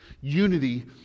Unity